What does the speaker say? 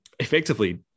effectively